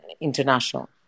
International